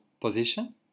position